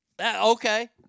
Okay